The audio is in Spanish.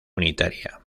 unitaria